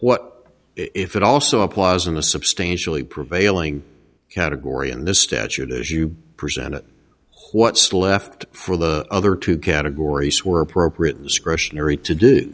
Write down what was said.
what if it also applies in the substantially prevailing category in the statute as you present it what's left for the other two categories who are appropriate discretionary to do